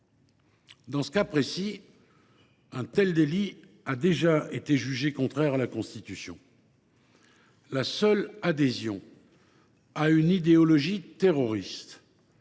vous allez examiner. Un tel délit a déjà été jugé contraire à la Constitution : la seule adhésion à une idéologie terroriste,